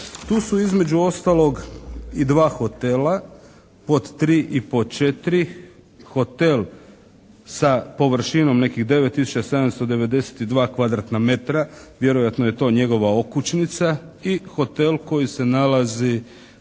Tu su između ostalog i dva hotela pod 3. i pod 4. hotel sa površinom nekih 9 tisuća 792 kvadratna metra, vjerojatno je to njegova okućnica i hotel koji se nalazi,